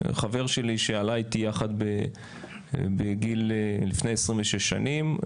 חבר שלי שעלה איתי יחד לפני 26 שנים,